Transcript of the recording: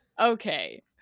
Okay